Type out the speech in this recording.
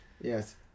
Yes